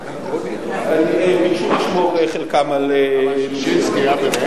אתה יכול להגיד לנו במי נועצת, ששינסקי היה?